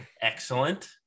Excellent